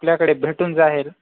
आपल्याकडे भेटून जाईल